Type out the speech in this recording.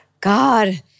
God